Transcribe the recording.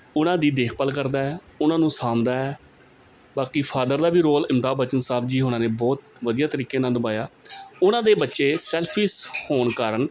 ਉਨਾਂ ਦੀ ਦੇਖਭਾਲ ਕਰਦਾ ਹੈ ਉਹਨਾਂ ਨੂੰ ਸਾਂਦਾ ਬਾਕੀ ਫਾਦਰ ਦਾ ਵੀ ਰੋਲ ਅਮਿਤਾਬ ਬੱਚਨ ਸਾਹਿਬ ਜੀ ਹੋਰਾਂ ਨੇ ਬਹੁਤ ਵਧੀਆ ਤਰੀਕੇ ਨਾਲ ਨਿਭਾਇਆ ਉਹਨਾਂ ਦੇ ਬੱਚੇ ਸੈਲਫਿਸ਼ ਹੋਣ ਕਾਰਨ